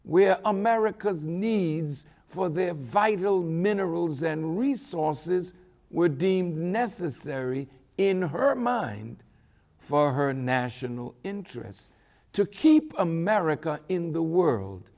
where america's needs for their vital minerals and resources were deemed necessary in her mind for her national interests to keep america in the world